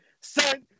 son